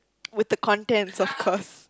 with the contents of course